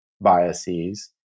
biases